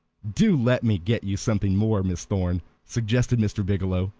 do let me get you something more, miss thorn, suggested mr. biggielow.